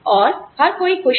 और हर कोई खुश है